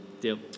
Deal